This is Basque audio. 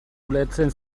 ulertzen